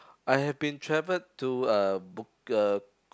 I have been travelled to uh Buk~ uh